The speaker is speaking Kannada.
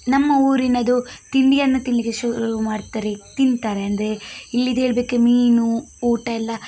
ನಮ್ಮ ಊರಿನ ಇದು ತಿಂಡಿಯನ್ನು ತಿನ್ನಲಿಕ್ಕೆ ಶುರು ಮಾಡ್ತಾರೆ ತಿಂತಾರೆ ಅಂದರೆ ಇಲ್ಲಿದು ಹೇಳಬೇಕೆ ಮೀನು ಊಟ ಎಲ್ಲ